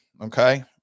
okay